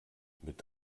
mit